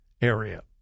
area